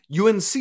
UNC